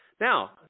Now